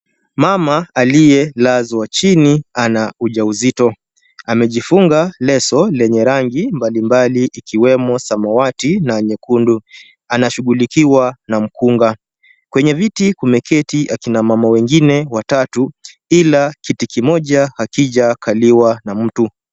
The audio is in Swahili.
Mama aliyelazwa chini ana ujauzito ,amejifunga leso lenye rangi mbalimbali ikiwemo samawati na nyekundu ,anashughulikiwa na mkunga ,kwenye viti kumeketi akina mama wengine watatu, ila kiti kimoja hakijakaliwa na mtu.